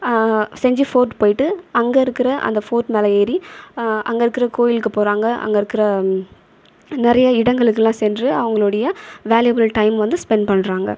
செஞ்சு ஃபோர்ட் போயிட்டு அங்கே இருக்கிற அந்த ஃபோர்ட் மேலே ஏறி அங்கே இருக்கிற கோவிலுக்கு போகிறாங்க அங்கே இருக்கிற நிறைய இடங்களுக்குலாம் சென்று அவங்களுடைய வேல்யூபுல் டைம் வந்து ஸ்பென்ட் பண்ணுறாங்க